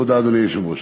תודה, אדוני היושב-ראש.